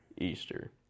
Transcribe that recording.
easter